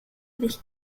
dich